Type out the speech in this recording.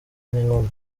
n’inkumi